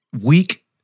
weak